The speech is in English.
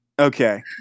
Okay